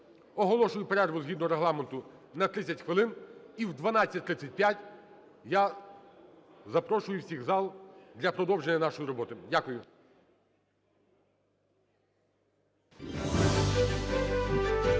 Оголошую перерву згідно Регламенту на 30 хвилин. І в 12:35 я запрошую всіх в зал для продовження нашої роботи. (Після